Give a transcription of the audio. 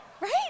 right